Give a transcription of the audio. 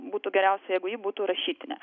būtų geriausia jeigu ji būtų rašytinė